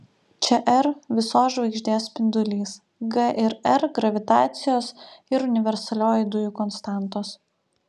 čia r visos žvaigždės spindulys g ir r gravitacijos ir universalioji dujų konstantos